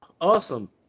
Awesome